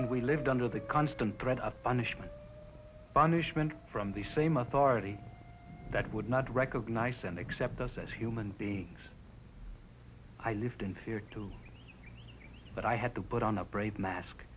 and we lived under the constant threat of punishment punishment from the same authority that would not recognize and accept us as human beings i lived in fear too but i had to put on a brave mask